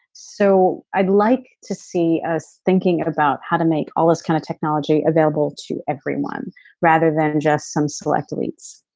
so i'd like to see us thinking about how to make all this kind of technology available to everyone rather than just some select elites